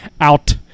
out